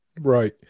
right